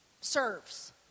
serves